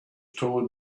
torn